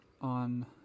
on